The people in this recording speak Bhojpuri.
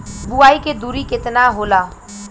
बुआई के दुरी केतना होला?